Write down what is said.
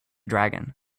dragon